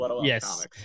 Yes